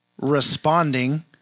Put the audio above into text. responding